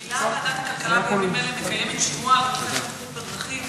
ממילא ועדת הכלכלה בימים אלה מקיימת שימוע בנושא בטיחות בדרכים,